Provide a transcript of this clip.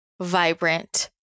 vibrant